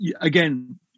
again